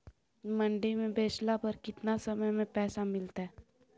मंडी में बेचला पर कितना समय में पैसा मिलतैय?